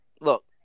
look